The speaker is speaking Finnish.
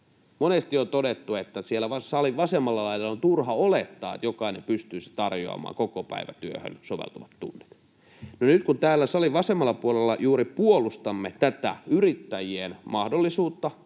Monesti on todettu, että siellä salin vasemmalla laidalla on turha olettaa, että jokainen pystyisi tarjoamaan kokopäivätyöhön soveltuvat tunnit. No, nyt kun täällä salin vasemmalla puolella juuri puolustamme tätä yrittäjien mahdollisuutta